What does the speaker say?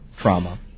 trauma